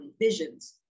visions